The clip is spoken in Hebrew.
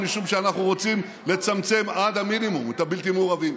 משום שאנחנו רוצים לצמצם עד המינימום את הבלתי-מעורבים,